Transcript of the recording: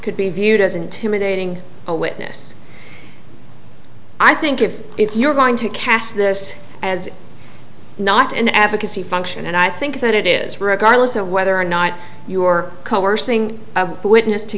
could be viewed as intimidating a witness i think if if you're going to cast this as not an advocacy function and i think that it is regardless of whether or not you are coercing a witness to